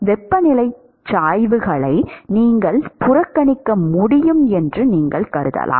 வெப்பநிலை சாய்வுகளை நீங்கள் புறக்கணிக்க முடியும் என்று நீங்கள் கருதலாம்